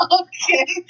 okay